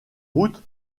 route